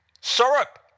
syrup